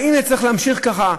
האם זה צריך להמשיך ככה?